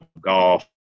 golf